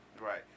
Right